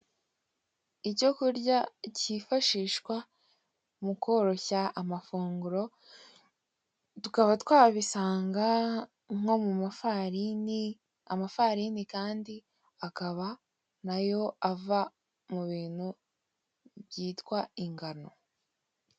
Icyo kurya cyifashsihwa mu koroshya amafunguro, tukaba twabisanga nko mu mafarini, amafarini kandi akaba nayo ava mu bintu byitwa ingano.